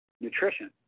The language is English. nutrition